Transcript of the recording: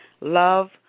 Love